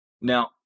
now